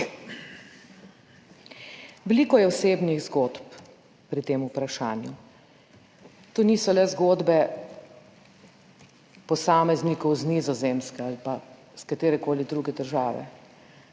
Veliko je osebnih zgodb pri tem vprašanju. To niso le zgodbe posameznikov z Nizozemske ali pa iz katerekoli druge države,